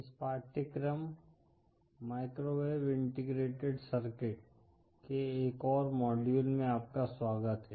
इस पाठ्यक्रम microwave integrated circuit के एक और मॉड्यूल में आपका स्वागत है